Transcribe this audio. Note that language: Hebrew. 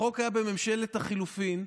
החוק היה בממשלת החילופים,